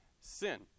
sin